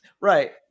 Right